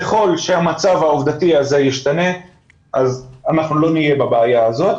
ככל שהמצב העובדתי הזה ישתנה אז אנחנו לא נהיה בבעיה הזו.